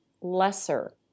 lesser